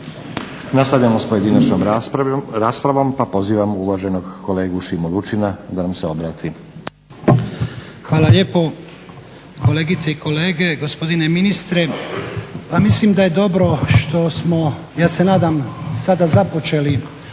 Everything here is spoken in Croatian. Nastavljamo s pojedinačnom raspravom. Pozivam uvaženog kolegu Šimu Lučina da nam se obrati. **Lučin, Šime (SDP)** Hvala lijepo. Kolegice i kolege, gospodine ministre pa mislim da je dobro što smo, ja se nadam, sada započeli